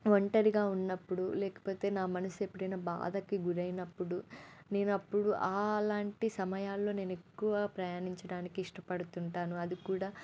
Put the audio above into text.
ఒంటరిగా ఉన్నప్పుడు లేకపోతే నా మనసు ఎప్పుడైనా బాధకి గురైనప్పుడు నేనప్పుడు ఆలాంటి సమయాల్లో నేను ఎక్కువ ప్రయాణించడానికి ఇష్టపడుతుంటాను అది కూడా